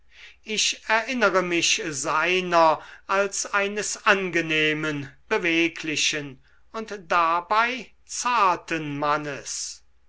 ich erinnere mich seiner als eines angenehmen beweglichen und dabei zarten mannes